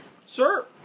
sir